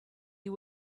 you